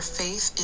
faith